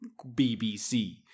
BBC